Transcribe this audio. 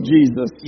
Jesus